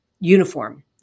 uniform